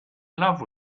love